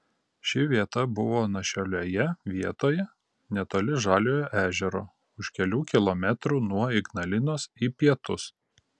ši vieta buvo nuošalioje vietoje netoli žaliojo ežero už kelių kilometrų nuo ignalinos į pietus